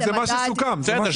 נשלח לו בהודעה שהוא עוסק זעיר,